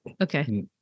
Okay